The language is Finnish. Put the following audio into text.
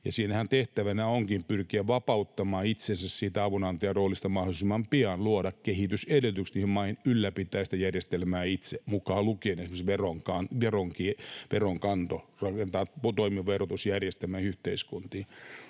Siinähän tehtävänä onkin pyrkiä vapauttamaan itsensä siitä avunantajaroolista mahdollisimman pian, luoda kehitysedellytykset niihin maihin ylläpitää sitä järjestelmää itse, mukaan lukien esimerkiksi veronkanto, rakentaa toimiva verotusjärjestelmä yhteiskuntiin.